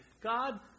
God